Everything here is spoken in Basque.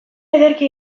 ederki